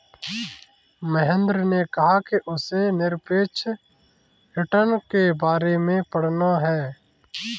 महेंद्र ने कहा कि उसे निरपेक्ष रिटर्न के बारे में पढ़ना है